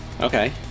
Okay